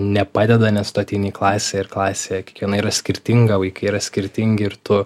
nepadeda nes tu atieni į klasę ir klasėje kiekviena yra skirtinga vaikai yra skirtingi ir tu